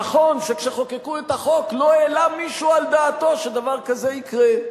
נכון שכשחוקקו את החוק לא העלה מישהו על דעתו שדבר כזה יקרה.